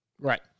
Right